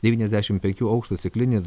devyniasdešim penkių aukštų stiklinis